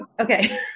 okay